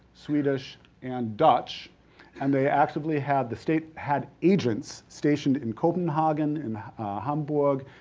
swedish and dutch and they actively had, the state had agents stationed in copenhagen and hamburg,